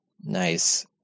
Nice